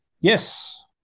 Yes